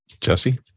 Jesse